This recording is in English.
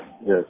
yes